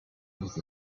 with